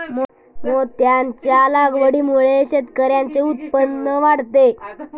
मोत्यांच्या लागवडीमुळे शेतकऱ्यांचे उत्पन्न वाढते